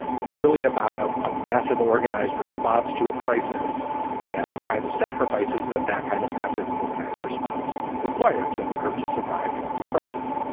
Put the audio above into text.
it's really about a ah massive organized response to a crisis and the kinds of sacrifices that that kind of massive organized response requires in order to survive the crisis.